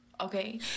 okay